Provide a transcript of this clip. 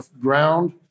ground